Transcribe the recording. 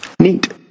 Neat